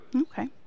Okay